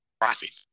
profit